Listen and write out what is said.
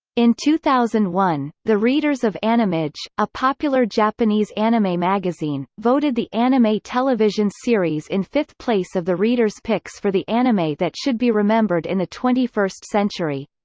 in two thousand and one, the readers of animage, a popular japanese anime magazine, voted the anime television series in fifth place of the readers' picks for the anime that should be remembered in the twenty first century.